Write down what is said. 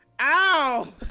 Ow